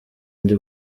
ndi